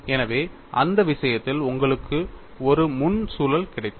எனவே அந்த விஷயத்தில் உங்களுக்கு ஒரு முன் சுழல் கிடைத்தது